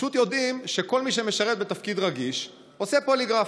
פשוט יודעים שכל מי שמשרת בתפקיד רגיש עושה פוליגרף.